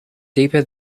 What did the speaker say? deeper